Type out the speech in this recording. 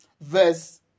verse